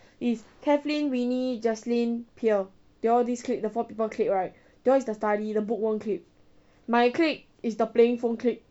is kathlyn winnie jaslyn pierre they all this clique the four people clique right they all is the study the bookworm clique my clique is the playing phone clique